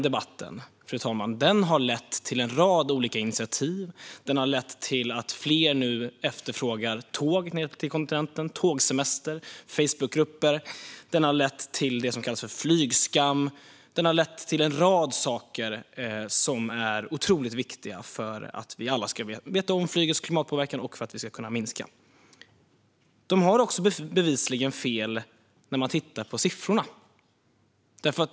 Den debatten har lett till en rad olika initiativ. Den har lett till att fler nu efterfrågar tåg ned till kontinenten, tågsemester och Facebookgrupper. Den har lett till det som kallas för flygskam och en rad saker som är otroligt viktiga för att vi alla ska känna till flygets klimatpåverkan och kunna minska den. De har också bevisligen fel, ser man när man tittar på siffrorna.